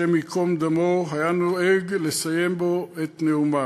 השם ייקום דמו, היה נוהג לסיים בו את נאומיו: